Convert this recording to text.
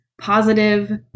positive